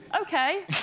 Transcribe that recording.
okay